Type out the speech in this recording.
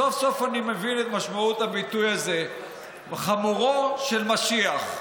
סוף-סוף אני מבין את משמעות הביטוי הזה "חמורו של משיח".